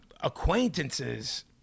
acquaintances